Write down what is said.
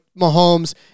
Mahomes